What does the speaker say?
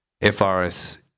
FRS